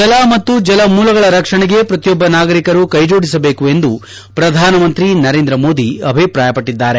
ಜಲ ಮತ್ತು ಜಲ ಮೂಲಗಳ ರಕ್ಷಣೆಗೆ ಪ್ರತಿಯೊಬ್ಬ ನಾಗರಿಕರು ಕೈ ಜೋಡಿಸಬೇಕು ಎಂದು ಪ್ರಧಾನಮಂತ್ರಿ ನರೇಂದ್ರ ಮೋದಿ ಅಭಿಪ್ರಾಯ ಪಟ್ಟಿದ್ದಾರೆ